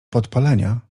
podpalenia